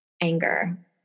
anger